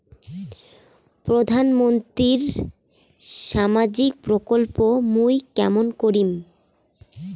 প্রধান মন্ত্রীর সামাজিক প্রকল্প মুই কেমন করিম?